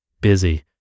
Busy